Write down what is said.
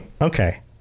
okay